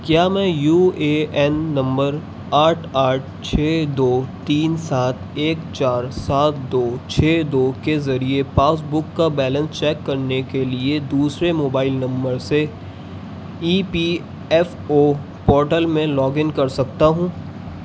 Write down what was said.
کیا میں U A N نمبر آٹھ آٹھ چھ دو تین سات ایک چار سات دو چھ دو کے ذریعے پاس بک کا بیلنس چیک کرنے کے لیے دوسرے موبائل نمبر سے E P F O portal میں لاگ ان کر سکتا ہوں